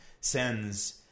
sends